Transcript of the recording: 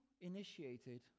initiated